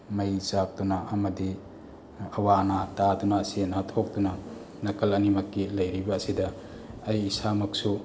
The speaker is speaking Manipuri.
ꯃꯩ ꯆꯥꯛꯇꯨꯅ ꯑꯃꯗꯤ ꯑꯋꯥ ꯑꯅꯥ ꯇꯥꯗꯨꯅ ꯑꯁꯤ ꯑꯅꯥ ꯊꯣꯛꯇꯨꯅ ꯅꯥꯀꯜ ꯑꯅꯤꯃꯛꯀꯤ ꯂꯩꯔꯤꯕ ꯑꯁꯤꯗ ꯑꯩ ꯏꯁꯥꯃꯛꯁꯨ